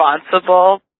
responsible